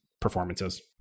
performances